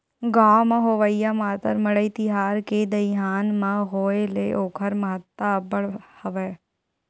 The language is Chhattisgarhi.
गाँव म होवइया मातर मड़ई तिहार के दईहान म होय ले ओखर महत्ता अब्बड़ हवय